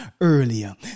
earlier